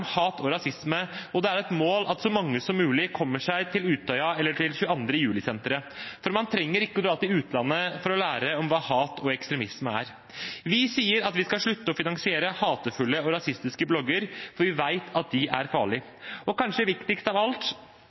hat og rasisme, og det er et mål at så mange som mulig kommer seg til Utøya eller til 22. juli-senteret. Man trenger ikke å dra til utlandet for å lære om hva hat og ekstremisme er. Vi sier at vi skal slutte å finansiere hatefulle og rasistiske blogger, for vi vet at de er farlige. Kanskje viktigst av alt: